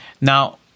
Now